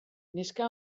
neska